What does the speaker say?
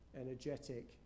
energetic